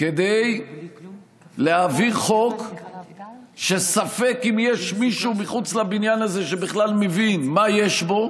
כדי להעביר חוק שספק אם יש מישהו מחוץ לבניין הזה שבכלל מבין מה יש בו